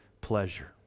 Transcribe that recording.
pleasure